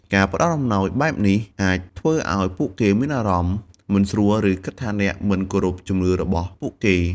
ការផ្តល់អំណោយបែបនេះ អាចធ្វើឲ្យពួកគេមានអារម្មណ៍មិនស្រួល ឬគិតថាអ្នកមិនគោរពជំនឿរបស់ពួកគេ។